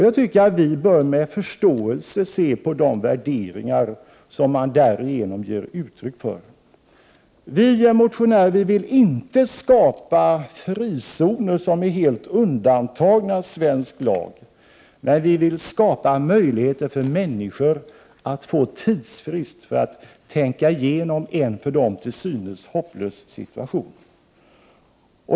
Jag tycker att vi med förståelse bör se på de värderingar som man därigenom ger uttryck för. Vi motionärer vill inte skapa frizoner, som är helt undantagna från svensk lag. Nej, vi vill skapa möjligheter för människor att få tidsfrist för att tänka igenom en för dem till synes hopplös situation.